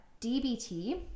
DBT